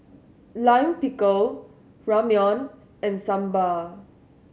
Lime Pickle Ramyeon and Sambar